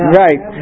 right